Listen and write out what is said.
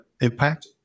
impact